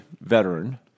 veteran